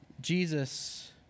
Jesus